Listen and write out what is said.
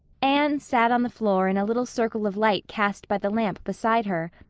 anne sat on the floor in a little circle of light cast by the lamp beside her,